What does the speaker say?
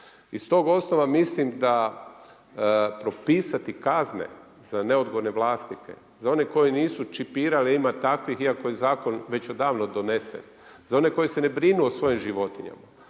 Iz tog osnova mislim da propisati kazne za neodgovorne vlasnike, za one koji nisu čipirali ima takvih iako je zakon već odavno donesen, za one koji se ne brinu o svojim životinjama